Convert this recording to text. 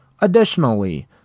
Additionally